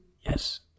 Yes